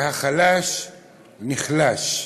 והחלש נחלש.